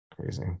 crazy